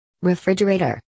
Refrigerator